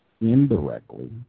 indirectly